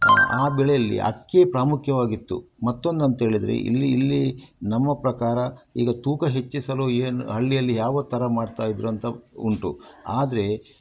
ಆ ಬೆಳೆಯಲ್ಲಿ ಅಕ್ಕಿ ಪ್ರಾಮುಕ್ಯವಾಗಿತ್ತು ಮತ್ತೊಂದಂತ ಹೇಳಿದ್ರೆ ಇಲ್ಲಿ ಇಲ್ಲಿ ನಮ್ಮ ಪ್ರಕಾರ ಈಗ ತೂಕ ಹೆಚ್ಚಿಸಲು ಇದನ್ನು ಹಳ್ಳಿಯಲ್ಲಿ ಯಾವ ಥರ ಮಾಡ್ತಾಯಿದ್ರು ಅಂತ ಉಂಟು ಆದರೆ